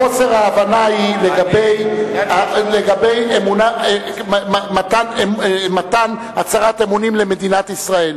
חוסר ההבנה הוא לגבי מתן הצהרת אמונים למדינת ישראל.